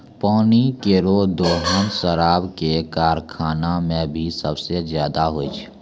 पानी केरो दोहन शराब क कारखाना म भी सबसें जादा होय छै